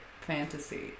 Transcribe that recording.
fantasy